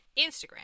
Instagram